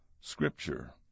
Scripture